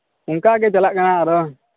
ᱚᱱᱠᱟ ᱜᱮ ᱪᱟᱞᱟᱜ ᱠᱟᱱᱟ ᱟᱨᱚ